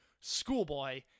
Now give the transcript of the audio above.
schoolboy